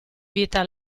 vita